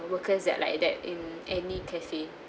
workers that are like that in any cafe